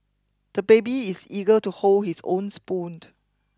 the baby is eager to hold his own spoon